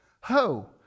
Ho